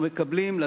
אבל אנחנו מקבלים,